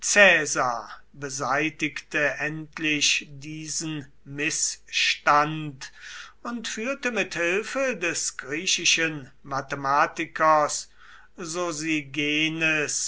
beseitigte endlich diesen mißstand und führte mit hilfe des griechischen mathematikers